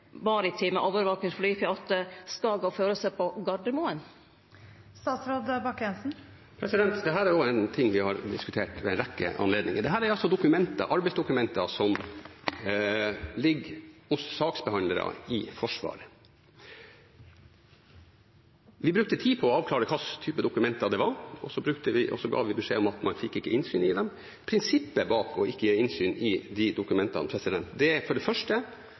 skal gå føre seg på Gardermoen? Dette er også noe vi har diskutert ved en rekke anledninger. Dette er arbeidsdokumenter som ligger hos saksbehandlere i Forsvaret. Vi brukte tid på å avklare hvilken type dokumenter det var, og så ga vi beskjed om at man ikke fikk innsyn i dem. Prinsippet bak ikke å gi innsyn i de dokumentene er for det første at det ville pålegge meg å ta politisk ansvar for noe som det